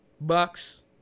Bucks